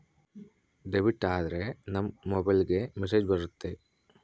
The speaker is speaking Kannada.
ಡೆಬಿಟ್ ಆದ್ರೆ ನಮ್ ಮೊಬೈಲ್ಗೆ ಮೆಸ್ಸೇಜ್ ಬರುತ್ತೆ